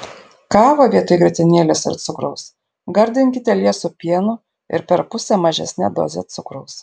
kavą vietoj grietinėlės ir cukraus gardinkite liesu pienu ir per pusę mažesne doze cukraus